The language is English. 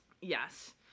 yes